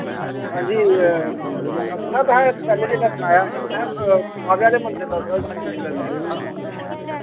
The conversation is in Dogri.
हांजी डाक्टर साह्ब तुसें पैह्लें जेल्लै सनाया असें तुसें बाह्वे आह्ले मंदर दा थोह्ड़ा जिक्र कीता हा